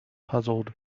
puzzled